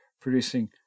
producing